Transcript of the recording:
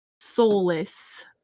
soulless